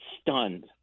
stunned